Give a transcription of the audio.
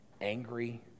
angry